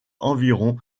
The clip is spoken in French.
environ